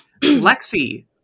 Lexi